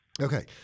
Okay